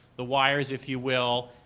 the wires, if you will,